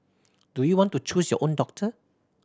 do you want to choose your own doctor